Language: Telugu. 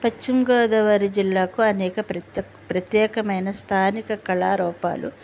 పశ్చిమగోదావరి జిల్లాకు అనేక ప్రత్యేకమైన స్థానిక కళారూపాలు